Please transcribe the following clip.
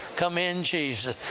come in, jesus!